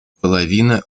половина